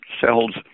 cells